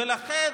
ולכן,